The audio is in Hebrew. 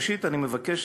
ראשית, אני מבקשת